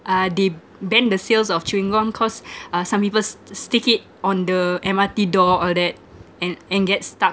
uh they ban the sales of chewing gum cause uh some people st~ stick it on the M_R_T door all that and and get stuck